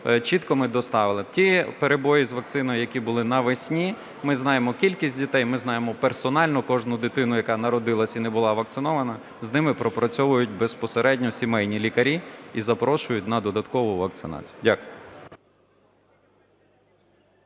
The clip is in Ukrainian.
чітко ми доставили б. Ті перебої з вакциною, які були навесні, ми знаємо кількість дітей, ми знаємо персонально кожну дитину, яка народилась і не була вакцинована. З ними пропрацьовують безпосередньо сімейні лікарі і запрошують на додаткову вакцинацію. Дякую.